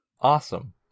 Awesome